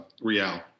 Real